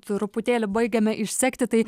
truputėlį baigiame išsekti tai